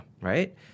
right